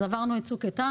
עברנו את צוק איתן,